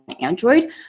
Android